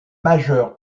majeur